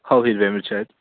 हो हिरव्या मिरच्या आहेत